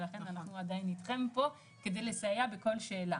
לכן אנחנו עדיין אתכם פה כדי לסייע בכל שאלה.